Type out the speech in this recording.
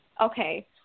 okay